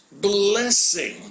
blessing